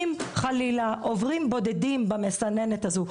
אם חלילה עוברים בודדים במסננת הזו,